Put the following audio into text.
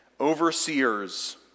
overseers